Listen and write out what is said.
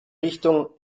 richtung